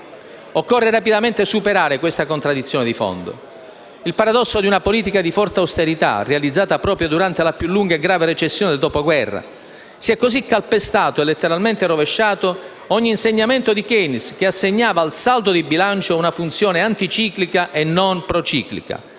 Occorre rapidamente superare questa contraddizione di fondo; il paradosso di una politica di forte austerità realizzata proprio durante la più lunga e grave recessione del dopoguerra. Si è così calpestato, e letteralmente rovesciato, ogni insegnamento di Keynes, che assegnava al saldo di bilancio una funzione anti-ciclica e non pro-ciclica.